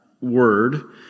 word